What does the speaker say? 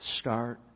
Start